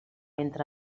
entre